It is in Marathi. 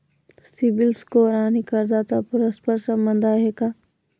सिबिल स्कोअर आणि कर्जाचा परस्पर संबंध आहे का?